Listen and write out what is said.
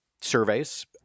surveys